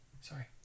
Sorry